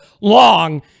long